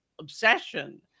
obsession